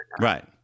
Right